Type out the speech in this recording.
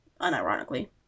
Unironically